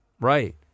Right